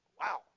Wow